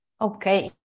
Okay